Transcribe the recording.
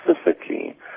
specifically